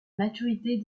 maturité